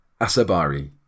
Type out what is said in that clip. Asabari